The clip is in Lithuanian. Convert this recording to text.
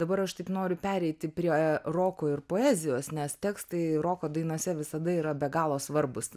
dabar aš taip noriu pereiti prie roko ir poezijos nes tekstai roko dainose visada yra be galo svarbūs